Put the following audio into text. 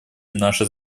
наше